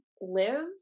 live